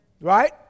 right